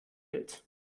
hält